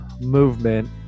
movement